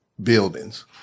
buildings